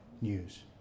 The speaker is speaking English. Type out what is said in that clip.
news